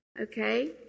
okay